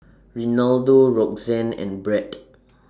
Renaldo Roxanna and Bret